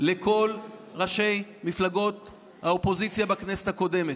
לכל ראשי מפלגות האופוזיציה בכנסת הקודמת: